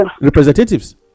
representatives